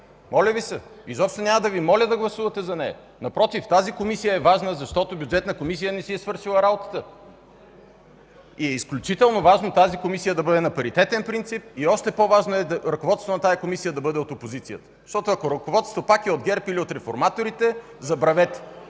Моля Ви се, изобщо няма да Ви моля да гласувате за нея. Напротив, тази Комисия е важна, защото Бюджетната комисия не си е свършила работата. Изключително важно е тази Комисия да бъде на паритетен принцип и още по-важно е ръководството на тази Комисия да бъде от опозицията. Защото ако ръководството пак е от ГЕРБ или от Реформаторите, забравете!